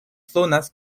zonas